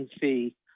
fee